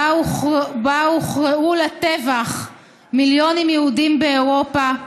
בה הוכרעו לטבח מיליונים יהודים באירופה,